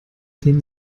den